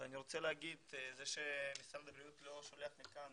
וזה שמשרד הבריאות לא שולח לכאן